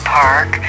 park